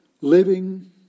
living